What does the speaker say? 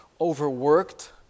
overworked